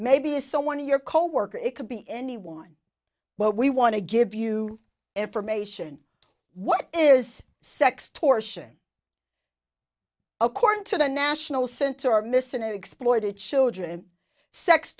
maybe someone in your coworker it could be anyone but we want to give you information what is sex torsion according to the national center missing and exploited children se